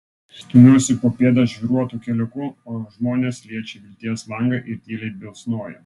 stumiuosi po pėdą žvyruotu keliuku o žmonės liečia vilties langą ir tyliai bilsnoja